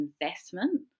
investment